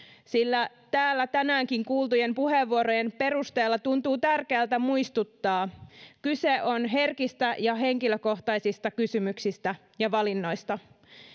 sillä täällä tänäänkin kuultujen puheenvuorojen perusteella tuntuu tärkeältä muistuttaa että kyse on herkistä ja henkilökohtaisista kysymyksistä ja valinnoista